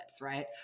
right